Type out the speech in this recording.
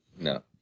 no